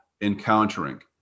encountering